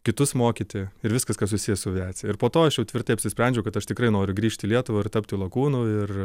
kitus mokyti ir viskas kas susiję su aviacija ir po to aš jau tvirtai apsisprendžiau kad aš tikrai noriu grįžt lietuvą ir tapti lakūnu ir